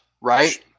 right